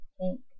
pink